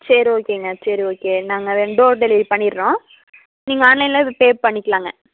சரி ஓகேங்க சரி ஓகே நாங்கள் டோர் டெலிவரி பண்ணிடுறோம் நீங்கள் ஆன்லைன்லேயே பே பண்ணிக்கலாம்ங்க